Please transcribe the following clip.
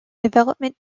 development